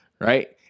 right